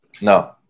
no